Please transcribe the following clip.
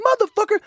Motherfucker